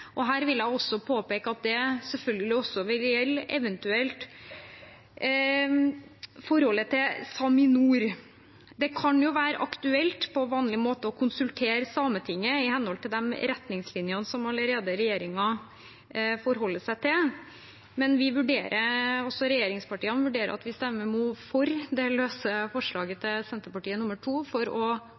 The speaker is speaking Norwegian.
Her vil jeg påpeke at det selvfølgelig også vil gjelde eventuelt forholdet til SAMINOR. Det kan jo være aktuelt på vanlig måte å konsultere Sametinget i henhold til de retningslinjer som regjeringen allerede forholder seg til, men også regjeringspartiene vurderer å stemme for det løse forslaget fra Senterpartiet, nr. 2, for å